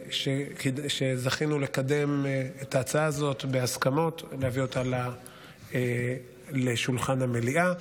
זכינו לקדם את ההצעה הזאת בהסכמות ולהביא אותה לשולחן המליאה.